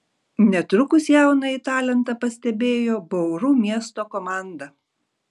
netrukus jaunąjį talentą pastebėjo bauru miesto komanda